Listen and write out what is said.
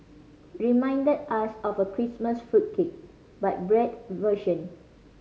reminded us of a Christmas fruit cake but bread version